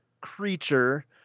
creature